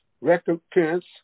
recompense